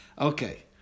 Okay